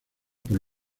por